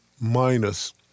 minus